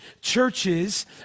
churches